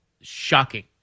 shocking